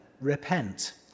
repent